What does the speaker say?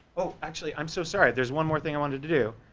oh, actually, i'm so sorry, there's one more thing i wanted to do!